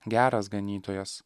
geras ganytojas